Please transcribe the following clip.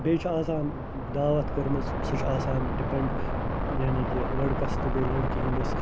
بیٚیہِ چھِ آسان دعوت کٔرمٕژ سۄ چھِ آسان ڈِپٮ۪نڈ یعنی کہِ لڑکَس تہٕ بیٚیہِ لڑکی ہِنٛدِس